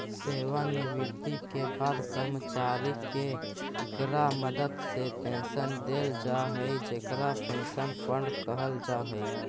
सेवानिवृत्ति के बाद कर्मचारि के इकरा मदद से पेंशन देल जा हई जेकरा पेंशन फंड कहल जा हई